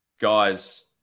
guys